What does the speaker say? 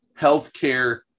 healthcare